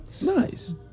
Nice